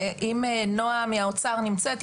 אם נועה מהאוצר נמצאת,